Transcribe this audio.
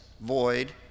void